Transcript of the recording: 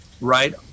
right